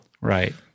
right